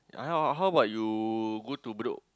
uh how how how about you go to bedok